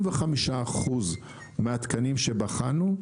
85% מהתקנים שבחנו,